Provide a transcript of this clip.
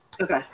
okay